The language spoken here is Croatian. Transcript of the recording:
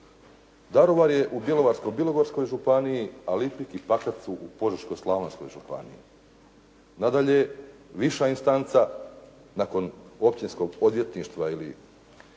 Daruvar je u Bjelovarsko-bilogorskoj županiji, a Lipik i Pakrac u Požeško-slavonskoj županiji. Nadalje, viša instanca nakon općinskog odvjetništva ili